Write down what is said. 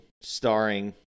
starring